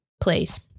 please